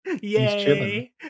Yay